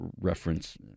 reference